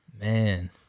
Man